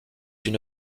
une